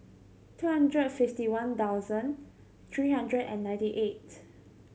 two hundred and fifty one thousand three hundred and ninety eight